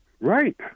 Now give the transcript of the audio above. Right